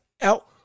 out